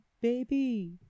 Baby